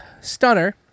stunner